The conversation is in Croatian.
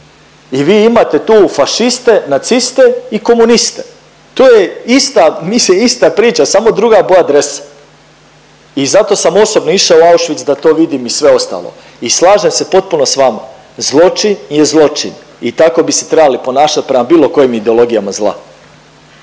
i vi imate tu fašiste, naciste i komuniste. Tu je ista, mislim ista priča, samo druga boja dresa i zato sam osobno išao u Auschwitz da to vidim i sve ostalo i slažem se potpuno s vama. Zločin je zločin i tako bi se trebali ponašat prema bilo kojim ideologijama zla.